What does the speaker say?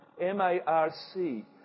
M-A-R-C